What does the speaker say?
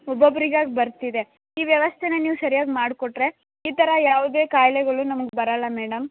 ಒಬ್ಬೊಬ್ರಿಗೆ ಆಗಿ ಬರ್ತಿದೆ ಈ ವ್ಯವಸ್ಥೆ ನೀವು ಸರ್ಯಾಗಿ ಮಾಡ್ಕೊಟ್ಟರೆ ಈ ಥರ ಯಾವುದೇ ಖಾಯಿಲೆಗಳು ನಮಗೆ ಬರೋಲ್ಲ ಮೇಡಮ್